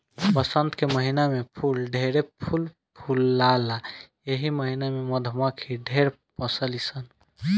वसंत के महिना में फूल ढेरे फूल फुलाला एही महिना में मधुमक्खी ढेर पोसली सन